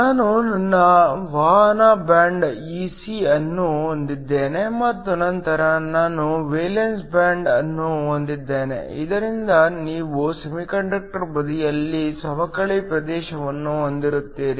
ನಾನು ನನ್ನ ವಹನ ಬ್ಯಾಂಡ್ Ec ಅನ್ನು ಹೊಂದಿದ್ದೇನೆ ಮತ್ತು ನಂತರ ನನ್ನ ವೇಲೆನ್ಸಿ ಬ್ಯಾಂಡ್ ಅನ್ನು ಹೊಂದಿದ್ದೇನೆ ಇದರಿಂದ ನೀವು ಸೆಮಿಕಂಡಕ್ಟರ್ ಬದಿಯಲ್ಲಿ ಸವಕಳಿ ಪ್ರದೇಶವನ್ನು ಹೊಂದಿರುತ್ತೀರಿ